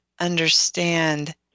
understand